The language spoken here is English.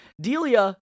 Delia